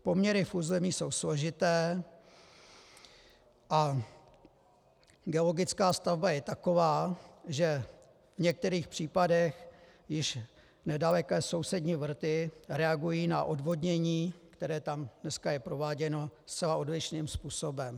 Poměry v území jsou složité a geologická stavba je taková, že v některých případech již nedaleké sousední vrty reagují na odvodnění, které tam dneska je prováděno, zcela odlišným způsobem.